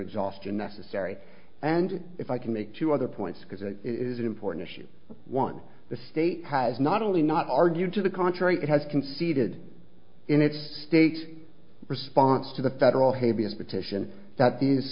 exhaustion necessary and if i can make two other points because it is an important issue one the state has not only not argued to the contrary it has conceded in its state's response to the federal habeas petition that these